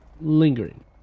lingering